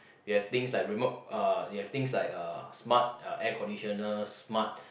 you have things like remote uh you have things like uh smart uh air conditioner smart